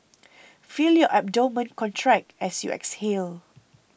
feel your abdomen contract as you exhale